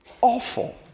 awful